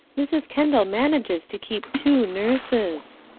mrs. kendal manages to keep two nurses.